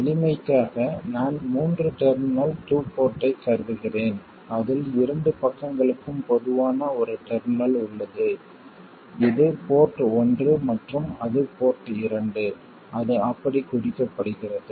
எளிமைக்காக நான் மூன்று டெர்மினல் டூ போர்ட்டைக் கருதுகிறேன் அதில் இரண்டு பக்கங்களுக்கும் பொதுவான ஒரு டெர்மினல் உள்ளது இது போர்ட் ஒன்று மற்றும் அது போர்ட் இரண்டு அது அப்படிக் குறிக்கப்படுகிறது